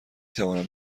توانم